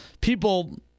people